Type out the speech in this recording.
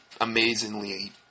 amazingly